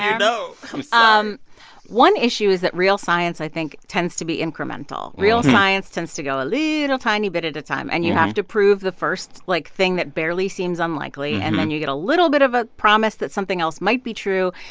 you know i'm sorry um one issue is that real science, i think, tends to be incremental. real science tends to go a little tiny bit at a time. and you have to prove the first, like, thing that barely seems unlikely. and then you get a little bit of a promise that something else might be true.